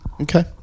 Okay